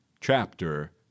chapter